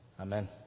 Amen